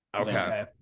Okay